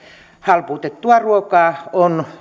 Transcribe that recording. halpuutettua ruokaa on